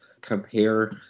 compare